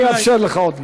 אני אאפשר לך עוד משפט.